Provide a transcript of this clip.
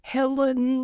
Helen